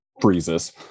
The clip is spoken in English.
freezes